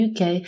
UK